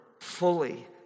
fully